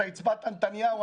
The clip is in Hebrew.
אתה הצבעת נתניהו,